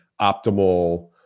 optimal